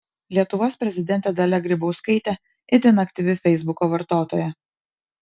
lietuvos prezidentė dalia grybauskaitė itin aktyvi feisbuko vartotoja